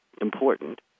important